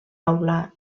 aula